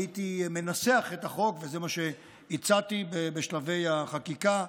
הייתי מנסח את החוק, וזה מה שהצעתי בשלבי החקיקה,